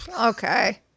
Okay